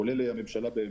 כולל הממשלה.